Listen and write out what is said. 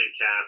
Cap